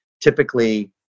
typically